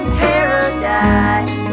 paradise